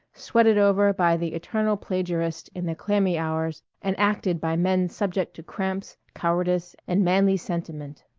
sweated over by the eternal plagiarist in the clammy hours and acted by men subject to cramps, cowardice, and manly sentiment.